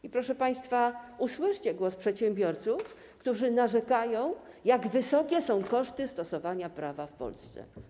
I proszę państwa, usłyszcie głos przedsiębiorców, którzy narzekają, jak wysokie są koszty stosowania prawa w Polsce.